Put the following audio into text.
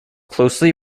closely